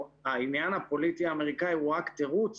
העניין הפוליטי האמריקאי הוא רק תירוץ